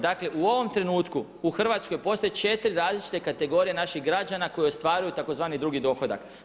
Dakle, u ovom trenutku u Hrvatskoj postoje 4 različite kategorije naših građana koje ostvaruju tzv. drugi dohodak.